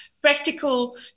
Practical